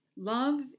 Love